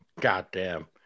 goddamn